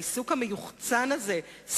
העיסוק המיוחצן הזה,